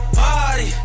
party